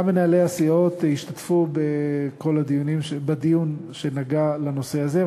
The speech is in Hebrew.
גם מנהלי הסיעות השתתפו בדיון שנגע לנושא הזה,